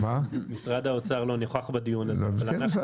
משרד האוצר לא נוכח בדיון הזה.